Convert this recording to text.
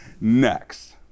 next